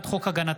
מאת חבר הכנסת